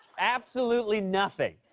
absolutely nothing.